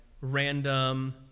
random